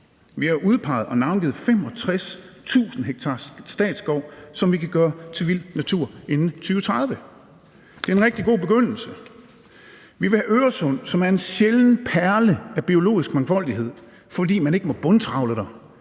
Vi har udpeget og navngivet 65.000 ha statsskov, som vi kan gøre til vild natur inden 2030. Det er en rigtig god begyndelse. Vi vil have Øresund, som er en sjælden perle af biologisk mangfoldighed, fordi man ikke må bundtrawle der,